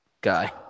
guy